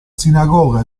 sinagoga